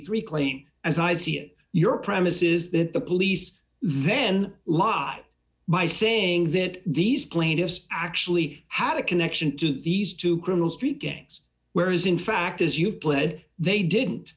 three claim as i see it your premise is that the police then lot by saying that these plaintiffs actually had a connection to these two criminal street gangs whereas in fact as you have pled they didn't